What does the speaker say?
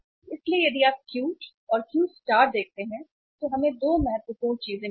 इसलिए यदि आप Q औरQ स्टार देखते हैं तो हमें 2 महत्वपूर्ण चीजें मिली हैं